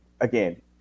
again